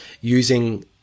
using